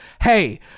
Hey